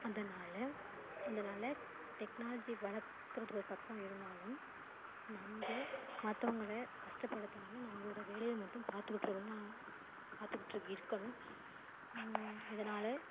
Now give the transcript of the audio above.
அதனால் அதனால் டெக்னலாஜி வளர்க்கறது ஒரு பக்கம் இருந்தாலும் நம்ம மற்றவங்கள கஷ்டப்படுத்தாமல் நம்மளோட வேலையை மட்டும் பார்த்துக்கிட்டு இருக்கணும் பார்த்துக்கிட்டு இருக்கணும் இதனால்